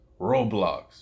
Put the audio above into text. Roblox